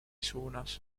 suunas